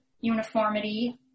uniformity